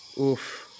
Oof